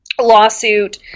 lawsuit